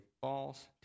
false